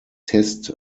test